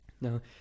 Now